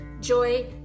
joy